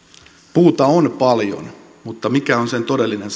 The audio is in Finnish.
puuta on paljon mutta mikä on sen todellinen